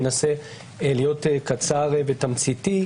אנסה להיות תמציתי.